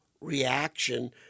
reaction